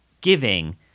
giving